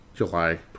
July